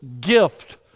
gift